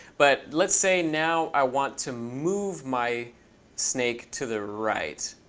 but let's say now i want to move my snake to the right.